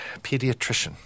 pediatrician